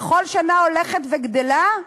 בכל שנה הולכת וגדלה,